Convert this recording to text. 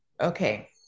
Okay